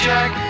Jack